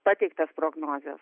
pateiktas prognozes